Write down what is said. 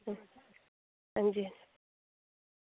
हांजी